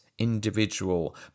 individual